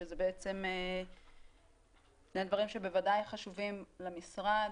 שזה בעצם מהדברים שבוודאי חשובים למשרד,